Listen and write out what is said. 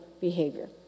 behavior